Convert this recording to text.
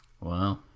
Wow